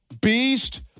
beast